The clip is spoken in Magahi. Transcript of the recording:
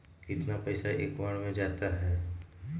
कितना पैसा एक बार में जाता है?